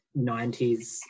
90s